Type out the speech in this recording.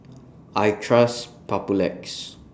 I Trust Papulex